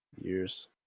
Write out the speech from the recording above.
years